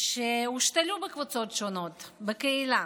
שהושתלו בקבוצות שונות בקהילה,